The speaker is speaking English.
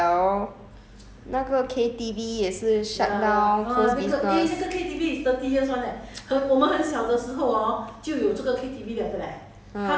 but 现 mm but 现在很多很多东西都倒 liao lor 那个 K_T_V 也是 shut down close business